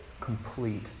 complete